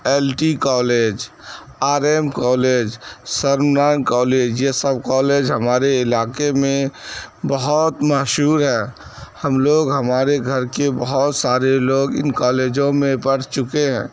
L T college R M college college یہ سب college ہمارے علاقے میں بہت مہشور ہیں ہم لوگ ہمارے گھر کے بہت سارے لوگ ان کالجوں میں پڑھ چکے ہیں